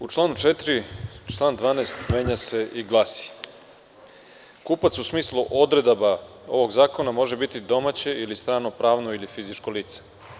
U članu 4. član 12. menja se i glasi – Kupac u smislu odredaba ovog zakona može biti domaće ili strano pravno ili fizičko lice.